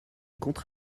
contre